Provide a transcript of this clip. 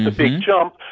ah big jump.